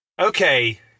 okay